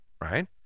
right